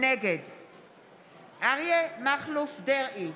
נגד אריה מכלוף דרעי,